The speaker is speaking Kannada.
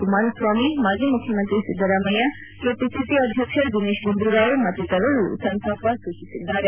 ಕುಮಾರಸ್ವಾಮಿ ಮಾಜಿ ಮುಖ್ಯಮಂತ್ರಿ ಸಿದ್ದರಾಮಯ್ಯ ಕೆಪಿಸಿಸಿ ಅಧ್ಯಕ್ಷ ದಿನೇಶ್ ಗುಂಡೂರಾವ್ ಮತ್ತಿತರರು ಸಂತಾಪ ವ್ಯಕ್ತಪಡಿಸಿದ್ದಾರೆ